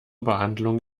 behandlung